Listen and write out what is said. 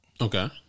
Okay